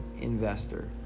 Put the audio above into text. investor